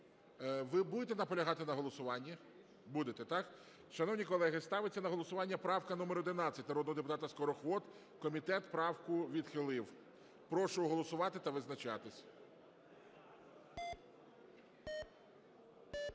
Ви будете наполягати на голосуванні? Будете, так? Шановні колеги ставиться на голосування правка № 11 народного депутата Скороход. Комітет правку відхилив. Прошу голосувати та визначатись